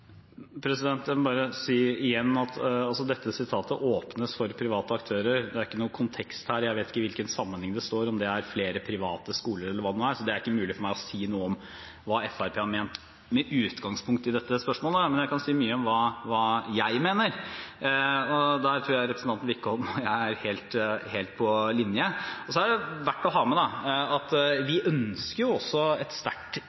Jeg må bare si igjen at når det gjelder dette sitatet «åpnes for private aktører», er det ikke noen kontekst her. Jeg vet ikke hvilken sammenheng det står i, om det gjelder flere private skoler eller hva det er. Det er ikke mulig for meg å si noe om hva Fremskrittspartiet har ment med utgangspunkt i dette spørsmålet. Men jeg kan si mye om hva jeg mener. Der tror jeg representanten Wickholm og jeg er helt på linje. Så er det verdt å ha med at vi